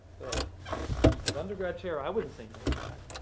so as undergrad chair, i wouldn't say no to that.